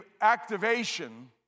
activation